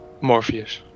Morpheus